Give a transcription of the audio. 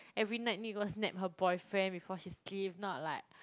every night need go snap her boyfriend before she sleep if not like